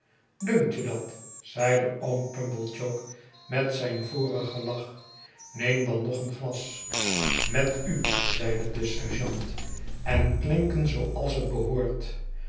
dunkt je dat zeide oom pumblechook met zijn vorigen lach neem dan nog een glas met u zeide de sergeant en klinken zooals het behoort